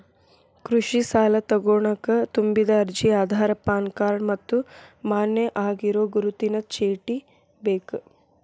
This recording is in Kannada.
ಕೃಷಿ ಸಾಲಾ ತೊಗೋಣಕ ತುಂಬಿದ ಅರ್ಜಿ ಆಧಾರ್ ಪಾನ್ ಕಾರ್ಡ್ ಮತ್ತ ಮಾನ್ಯ ಆಗಿರೋ ಗುರುತಿನ ಚೇಟಿ ಬೇಕ